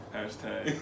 Hashtag